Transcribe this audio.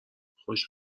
خوش